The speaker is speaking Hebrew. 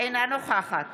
אינה נוכחת